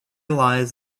lies